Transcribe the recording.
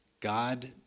God